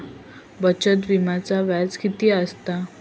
बचत विम्याचा व्याज किती असता?